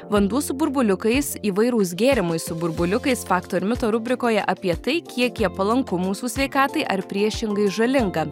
vanduo su burbuliukais įvairūs gėrimai su burbuliukais fakto ir mito rubrikoje apie tai kiek jie palanku mūsų sveikatai ar priešingai žalinga